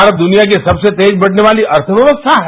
भारत दुनिया की सबसे तेज बढ़ने वाली अर्थव्यवस्था है